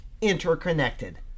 interconnected